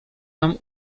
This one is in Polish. nam